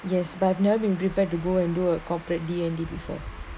yes but I've never been prepared to go and do a corporate D_N_D before